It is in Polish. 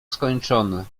skończony